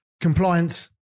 compliance